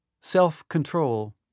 self-control